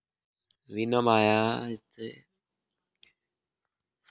विनिमयाचे माध्यम दक्षता वाढवतत आणि व्यापार वाढवुक एक प्रोत्साहनाच्या रुपात काम करता